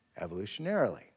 evolutionarily